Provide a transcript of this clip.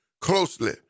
closely